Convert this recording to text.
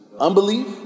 Unbelief